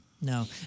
No